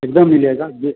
एकदम मिलेगा ये